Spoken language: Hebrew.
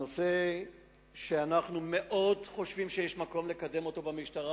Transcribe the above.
הנושא שאנחנו חושבים שיש לקדם אותו מאוד במשטרה,